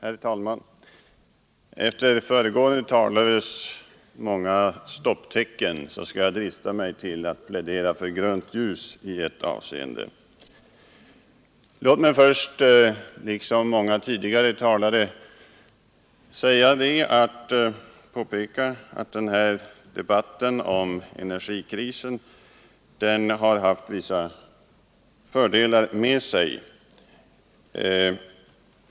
Herr talman! Efter föregående talares många stopptecken skall jag drista mig till att plädera för grönt ljust i ett avseende. Låt mig först liksom många tidigare talare påpeka att den här debatten om energikrisen har haft vissa fördelar med sig.